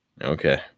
Okay